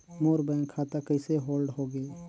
मोर bank खाता कइसे hold होगे?